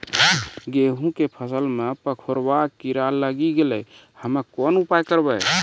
गेहूँ के फसल मे पंखोरवा कीड़ा लागी गैलै हम्मे कोन उपाय करबै?